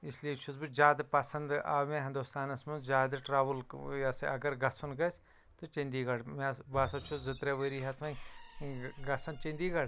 اس لیے چھُس بہٕ زیٛادٕ پَسَنٛد آو مےٚ ہنٛدوستانَس مَنٛز زیٛادٕ ٹرٛیوٕل ٲں یہِ ہَسا یہِ اَگر گَژھُن گَژھہِ تہٕ چنٛدی گڑھ مےٚ ہَسا بہٕ ہَسا چھُس زٕ ترٛےٚ ؤری ہیٚتھ وونۍ گَژھان چنٛدی گڑھ